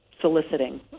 soliciting